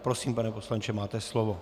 Prosím, pane poslanče, máte slovo.